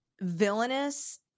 villainous